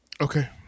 Okay